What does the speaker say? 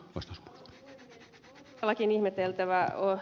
on todellakin ihmeteltävä ed